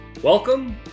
Welcome